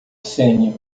sênior